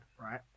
right